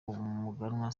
umuganwa